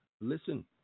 listen